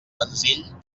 senzill